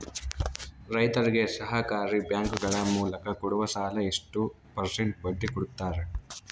ರೈತರಿಗೆ ಸಹಕಾರಿ ಬ್ಯಾಂಕುಗಳ ಮೂಲಕ ಕೊಡುವ ಸಾಲ ಎಷ್ಟು ಪರ್ಸೆಂಟ್ ಬಡ್ಡಿ ಕೊಡುತ್ತಾರೆ?